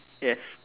yes